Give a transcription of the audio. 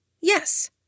yes